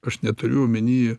aš neturiu omeny